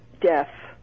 Death